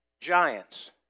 giants